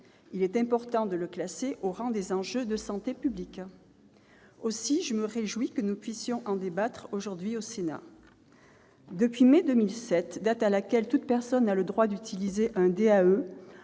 Il est important de classer ce sujet au rang des enjeux de santé publique. Aussi, je me réjouis que nous puissions en débattre aujourd'hui au Sénat. Depuis mai 2007, date à laquelle toute personne a le droit d'utiliser un DAE,